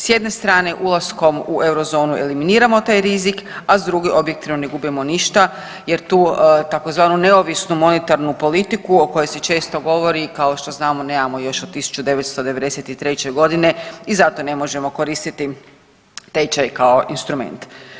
S jedne strane ulaskom u eurozonu eliminiramo taj rizik, a s druge objektivno ne gubimo ništa jer tu tzv. neovisnu monetarnu politiku o kojoj se često govori kao što znamo nemamo još od 1993.g. i zato ne možemo koristiti tečaj kao instrument.